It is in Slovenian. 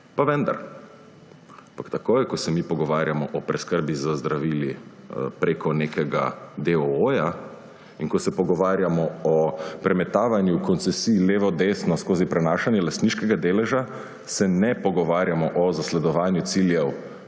pa vendar. Ampak takoj ko se mi pogovarjamo o preskrbi z zdravili prek nekega deooja in ko se pogovarjamo o premetavanju koncesij levo, desno skozi prenašanje lastniškega deleža, se ne pogovarjamo o zasledovanju ciljev